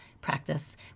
practice